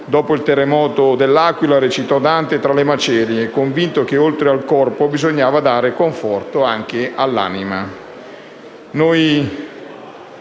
dopo il terremoto di L'Aquila, recitò Dante tra le macerie, convinto che oltre al corpo bisogna dare conforto all'anima.